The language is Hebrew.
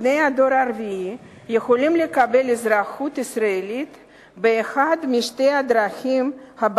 בני הדור הרביעי יכולים לקבל אזרחות ישראלית באחת משתי דרכים: